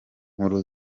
nkuru